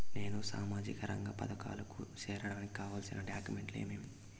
నేను సామాజిక రంగ పథకాలకు సేరడానికి కావాల్సిన డాక్యుమెంట్లు ఏమేమీ?